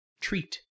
treat